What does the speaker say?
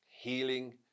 healing